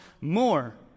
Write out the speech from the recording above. more